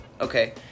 Okay